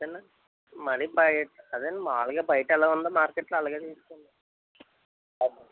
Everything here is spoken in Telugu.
అంతేనా మనీ బైట్ అదేండి మాములుగా బయట ఎలాగ ఉందో మార్కెట్లో అలాగే తీస్కోండి